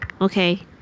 Okay